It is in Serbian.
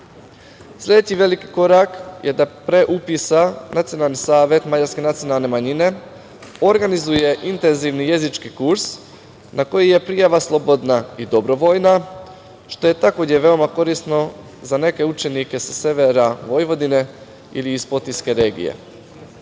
veliki korak je da pre upisa Nacionalni savet mađarske nacionalne manjine organizuje intenzivni jezički kurs na koji je prijava slobodna i dobrovoljna, što je takođe veoma korisno za neke učenike sa severa Vojvodine ili iz Potiske regije.